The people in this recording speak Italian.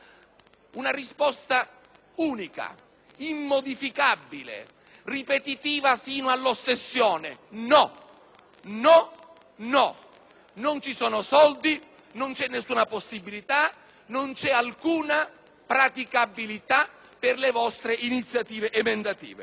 una risposta unica, immodificabile e ripetitiva sino all'ossessione: no, no, no. Non ci sono soldi, non c'è nessuna possibilità, non c'è alcuna praticabilità per le vostre iniziative emendative.